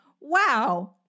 wow